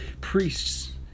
priests